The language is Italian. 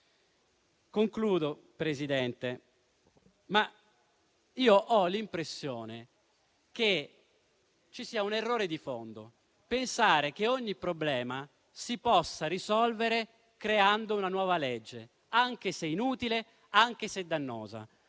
competitivi. Io ho l'impressione che qui ci sia un errore di fondo: pensare che ogni problema si possa risolvere creando una nuova legge, anche se è inutile, anche se dannosa.